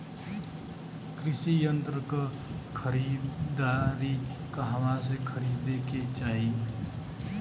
कृषि यंत्र क खरीदारी कहवा से खरीदे के चाही?